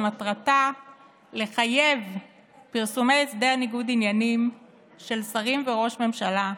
שמטרתה לחייב פרסומי הסדר ניגוד עניינים של שרים וראש ממשלה,